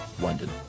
London